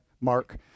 Mark